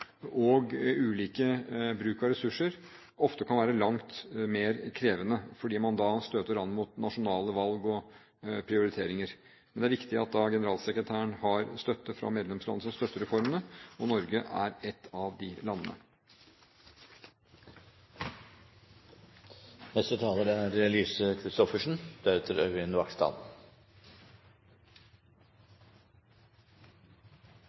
og ulik bruk av ressurser, ofte kan være langt mer krevende fordi man da støter an mot nasjonale valg og prioriteringer. Men det er viktig at generalsekretæren har støtte fra medlemsland som støtter reformene, og Norge er ett av de landene.